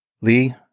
Lee